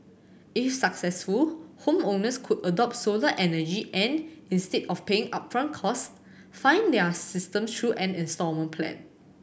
if successful homeowners could adopt solar energy and instead of paying upfront costs fund their system through an instalment plan